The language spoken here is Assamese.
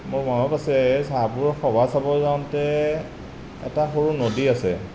মোৰ মনত আছে চাহপুৰত সবা চাব যাওঁতে এটা সৰু নদী আছে